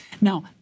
Now